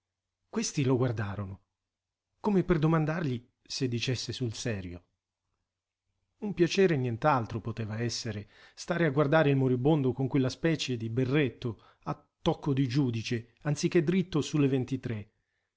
questi lo guardarono come per domandargli se dicesse sul serio un piacere e nient'altro poteva essere stare a guardare il moribondo con quella specie di berretto a tocco di giudice anziché dritto sulle ventitré